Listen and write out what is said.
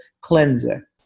cleanser